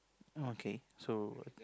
okay so